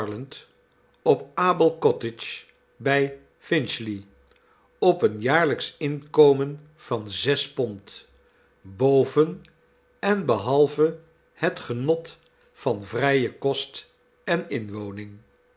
op abelcottage bij finchly op een jaarlijksch inkomen van zes pond boven en behalve het genot van vrije kost en inwoning